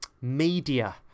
media